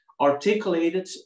articulated